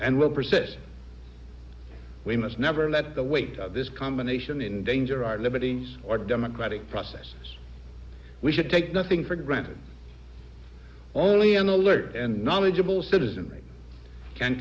persist we must never let the weight of this combination in danger our liberties or democratic process we should take nothing for granted only an alert and knowledgeable citizenry can